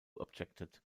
objected